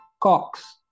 COX